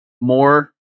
more